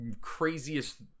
craziest